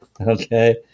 Okay